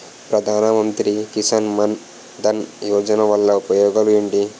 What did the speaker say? ప్రధాన మంత్రి కిసాన్ మన్ ధన్ యోజన వల్ల ఉపయోగాలు ఏంటి?